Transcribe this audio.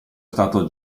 stato